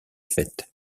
faite